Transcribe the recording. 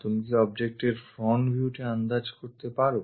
তুমি কি object এর front view টি আন্দাজ করতে পারো